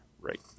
right